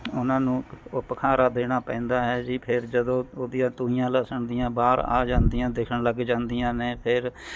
ਉਹਨਾਂ ਨੂੰ ਉਪਖਾਰਾ ਦੇਣਾ ਪੈਂਦਾ ਹੈ ਜੀ ਫਿਰ ਜਦੋਂ ਉਹਦੀਆਂ ਤੂਹੀਆਂ ਲਸਣ ਦੀਆਂ ਬਾਹਰ ਆ ਜਾਂਦੀਆਂ ਦਿਖਣ ਲੱਗ ਜਾਂਦੀਆਂ ਨੇ ਫੇਰ